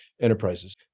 enterprises